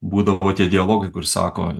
būdavo tie dialogai kur sako